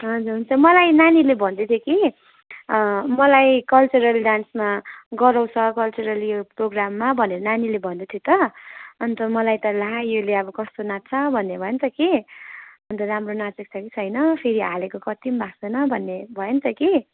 हजुर हुन्छ मलाई नानीले भन्दै थियो कि मलाई कल्चरल डान्समा गराउँछ कल्चरल यो प्रोग्राममा भनेर नानीले भन्दै थियो त अन्त मलाई त ला यसले कस्तो नाच्छ भन्ने भयो नि त कि अन्त राम्रो नाचेको छ कि छैन फेरि हालेको कति पनि भएको छैन भन्ने भयो नि त कि